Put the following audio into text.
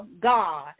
God